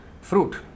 fruit